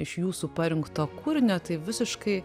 iš jūsų parinkto kūrinio tai visiškai